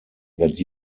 that